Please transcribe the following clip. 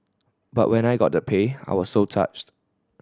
but when I got the pay I was so touched